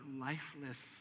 lifeless